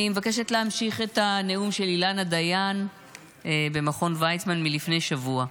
אני מבקשת להמשיך בנאום של אילנה דיין במכון ויצמן מלפני שבוע: